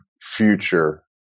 future